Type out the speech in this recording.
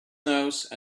nose